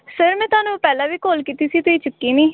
sir ਮੈਂ ਤੁਹਾਨੂੰ ਪਹਿਲਾਂ ਵੀ ਕੋਲ ਕੀਤੀ ਸੀ ਤੁਸੀਂ ਚੁੱਕੀ ਨਹੀਂ